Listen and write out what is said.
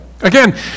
Again